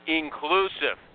inclusive